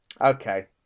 Okay